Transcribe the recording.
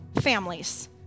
families